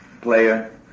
player